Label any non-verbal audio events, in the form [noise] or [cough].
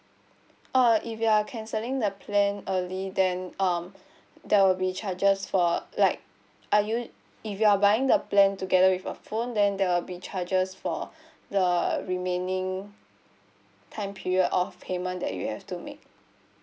oh if you are cancelling the plan early then um [breath] there will be charges for like are you if you are buying the plan together with a phone then there will be charges for [breath] the remaining time period of payment that you have to make